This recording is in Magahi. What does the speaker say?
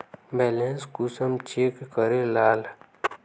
बैलेंस कुंसम चेक करे लाल?